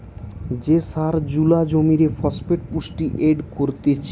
যে সার জুলা জমিরে ফসফেট পুষ্টি এড করতিছে